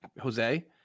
Jose